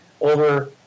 over